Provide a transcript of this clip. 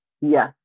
Yes